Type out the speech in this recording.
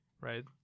right